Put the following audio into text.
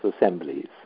assemblies